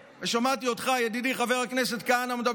ושמעתי אותך מדבר על כך, ידידי חבר הכנסת כהנא.